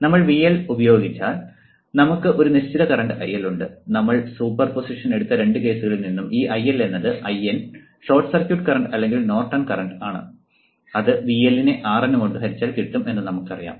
നമ്മൾ VL പ്രയോഗിച്ചാൽ നമുക്ക് ഒരു നിശ്ചിത കറന്റ് IL ഉണ്ട് നമ്മൾ സൂപ്പർ പൊസിഷനിൽ എടുത്ത രണ്ട് കേസുകളിൽ നിന്നും ഈ IL എന്നത് IN ഷോർട്ട് സർക്യൂട്ട് കറന്റ് അല്ലെങ്കിൽ നോർട്ടൺ കറന്റ് VL നെ RN കൊണ്ട് ഹരിച്ചാൽ കിട്ടും എന്ന് നമുക്ക് അറിയാം